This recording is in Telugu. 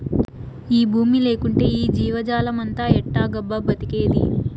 ఈ బూమి లేకంటే ఈ జీవజాలమంతా ఎట్టాగబ్బా బతికేది